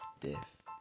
death